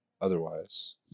otherwise